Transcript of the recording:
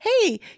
hey